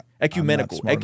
Ecumenical